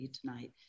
tonight